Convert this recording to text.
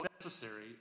necessary